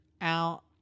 out